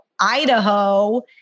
Idaho